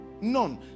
None